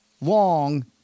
long